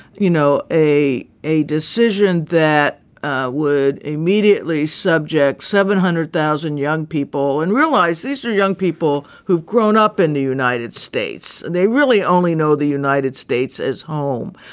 you know, a a decision that would immediately subject seven hundred thousand young people and realize these are young people who've grown up in the united states. they really only know the united states is home.